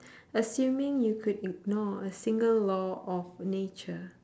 assuming you could ignore a single law of nature